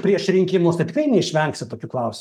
prieš rinkimus tai tikrai neišvengsi tokių klausimų